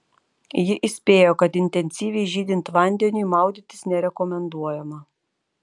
ji įspėjo kad intensyviai žydint vandeniui maudytis nerekomenduojama